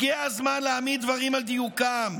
הגיע הזמן להעמיד דברים על דיוקם: